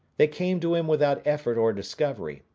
they came to him without effort or discovery,